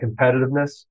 competitiveness